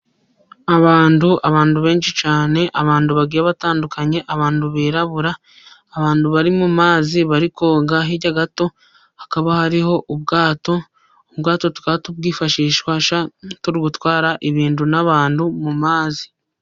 Abantu abantu benshi cyane, abantu bagiye batandukanye, abantu birabura, abantu bari mu mazi bari koga. Hirya gato hakaba hariho ubwato, ubwato tukaba tubwifashishwa turigutwara ibintu n'abantu mu mazi.